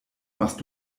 machst